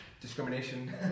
discrimination